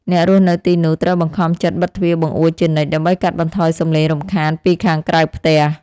អ្នករស់នៅទីនោះត្រូវបង្ខំចិត្តបិទទ្វារបង្អួចជានិច្ច ដើម្បីកាត់បន្ថយសំឡេងរំខានពីខាងក្រៅផ្ទះ។